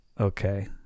Okay